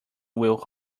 will